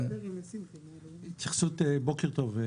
בוקר טוב.